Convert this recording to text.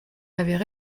avaient